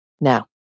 Now